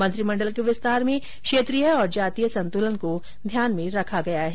मंत्रिमंडल के विस्तार में क्षेत्रीय और जातीय संतुलन को ध्यान में रखा गया है